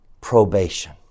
probation